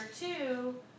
two